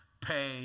Pay